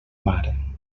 mar